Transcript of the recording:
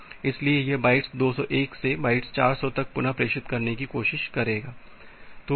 इसलिए यह बाइट्स 201 से बाइट्स 400 तक पुनः प्रेषित करने की कोशिश करेगा